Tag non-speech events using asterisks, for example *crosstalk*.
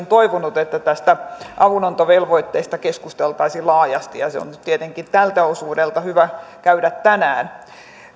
*unintelligible* toivonut että tästä avunantovelvoitteesta keskusteltaisiin laajasti se on tietenkin tältä osuudelta hyvä käydä tänään